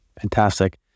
Fantastic